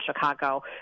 Chicago